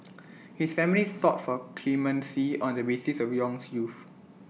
his family sought for clemency on the basis of Yong's youth